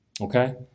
Okay